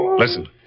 Listen